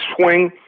swing